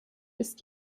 ist